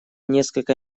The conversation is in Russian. несколько